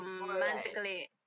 romantically